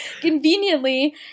Conveniently